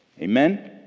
Amen